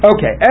Okay